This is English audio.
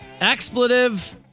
Expletive